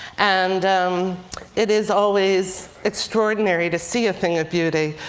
and it is always extraordinary to see a thing of beauty.